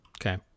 Okay